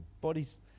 bodies